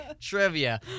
trivia